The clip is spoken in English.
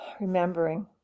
remembering